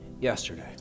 yesterday